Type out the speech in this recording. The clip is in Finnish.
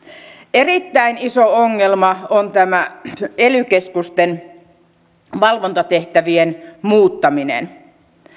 erittäin iso ongelma on ely keskusten valvontatehtävien muuttaminen